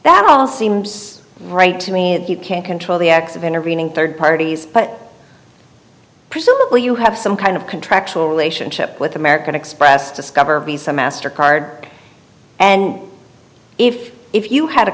that all seems right to me if you can't control the acts of intervening third parties but presumably you have some kind of contractual relationship with american express discover be some master card and if if you had a